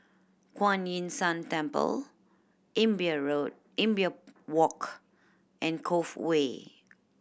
Kuan Yin San Temple Imbiah Road Imbiah Walk and Cove Way